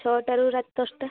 ଛଅଟାରୁ ରାତି ଦଶଟା